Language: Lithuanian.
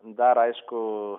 dar aišku